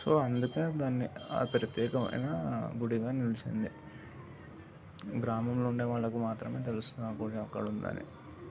so అందుకే దాన్ని ఆ ప్రత్యేకమైన గుడిగా నిలిచింది గ్రామంలో ఉండే వాళ్ళు మాత్రమే తెలుసు ఆ గుడి అక్కడ ఉందని